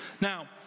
Now